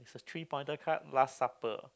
three pointer card last supper